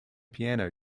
piano